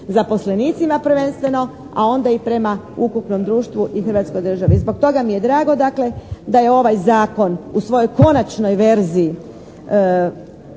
zaposlenicima prvenstveno, a onda i prema ukupnom društvu i Hrvatskoj državi. Zbog toga mi je drago dakle da je ovaj Zakon u svojoj konačnoj verziji